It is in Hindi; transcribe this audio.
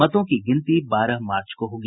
मतों की गिनती बारह मार्च को होगी